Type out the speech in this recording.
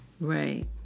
Right